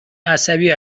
عصبی